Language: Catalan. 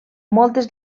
moltes